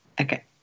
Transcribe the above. Okay